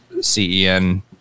CEN